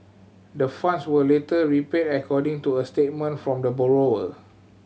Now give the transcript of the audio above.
the funds were later repaid according to a statement from the borrower